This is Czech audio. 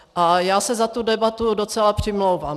A já se za tu debatu docela přimlouvám.